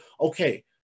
okay